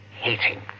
hating